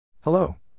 Hello